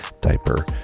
diaper